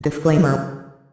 Disclaimer